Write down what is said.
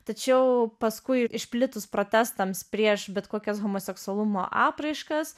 tačiau paskui išplitus protestams prieš bet kokias homoseksualumo apraiškas